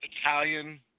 Italian